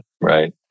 Right